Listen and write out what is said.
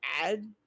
add